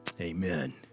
Amen